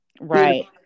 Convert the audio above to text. right